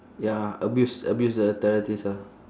ya abuse abuse the authorities ah